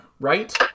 right